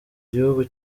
gihugu